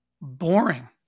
boring